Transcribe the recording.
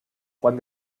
juan